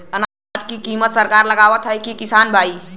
अनाज क कीमत सरकार लगावत हैं कि किसान भाई?